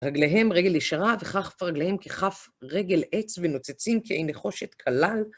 רגליהם רגל ישרה וכף רגליהם ככף רגל עץ ונוצצים כְּעֵין נְחֹשֶׁת קָלָל.